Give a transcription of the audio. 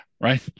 right